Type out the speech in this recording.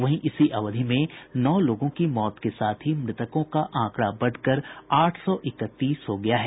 वहीं इसी अवधि में नौ लोगों की मौत के साथ ही मृतकों का आंकड़ा बढ़कर आठ सौ इकतीस हो गया है